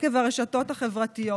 עקב הרשתות החברתיות.